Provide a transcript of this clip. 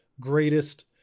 greatest